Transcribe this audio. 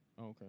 okay